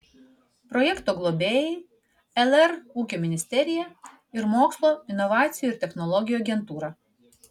projekto globėjai lr ūkio ministerija ir mokslo inovacijų ir technologijų agentūra